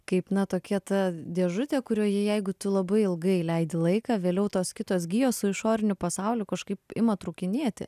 kaip na tokia ta dėžutė kurioje jeigu tu labai ilgai leidi laiką vėliau tos kitos gijos su išoriniu pasauliu kažkaip ima trūkinėti